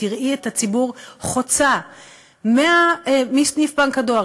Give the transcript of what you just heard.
ותראי את הציבור חוצה מסניף בנק הדואר,